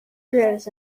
grows